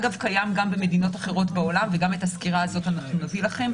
אגב קיים גם במדינות אחרות בעולם וגם את הסקירה הזאת אנחנו נביא לכם,